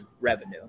revenue